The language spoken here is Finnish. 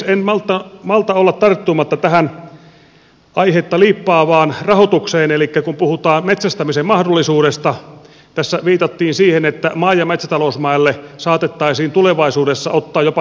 en malta olla tarttumatta tähän aihetta liippaavaan rahoitukseen elikkä kun puhutaan metsästämisen mahdollisuudesta tässä viitattiin siihen että maa ja metsätalousmaille saatettaisiin tulevaisuudessa ottaa jopa kiinteistövero